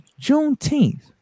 Juneteenth